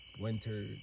winter